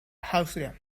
austria